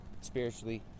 spiritually